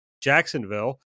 Jacksonville